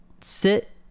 sit